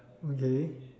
okay